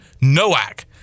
Nowak